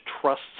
trusts